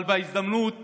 אבל באותה הזדמנות